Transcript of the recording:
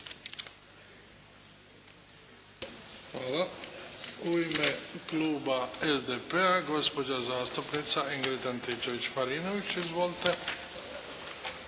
Hvala. U ime kluba SDP-a, gospođa zastupnica Ingrid Antičević-Marinović. Izvolite.